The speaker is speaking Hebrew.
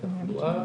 ותחלואה.